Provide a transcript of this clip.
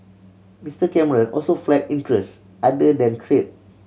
Mister Cameron also flag interests other than trade